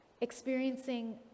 experiencing